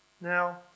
Now